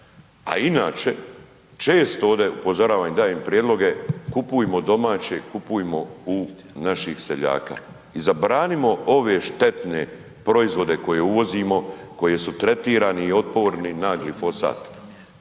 i inače često ovdje upozoravam i dajem prijedloge kupujmo domaće, kupujmo u naših seljaka, i zabranimo ove štetne proizvode koje uvozimo, koji su tretirani i otporni na glifosat,